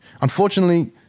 Unfortunately